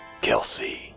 Kelsey